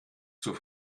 zur